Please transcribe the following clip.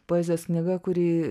poezijos knyga kuri